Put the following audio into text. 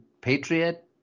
patriot